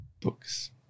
Books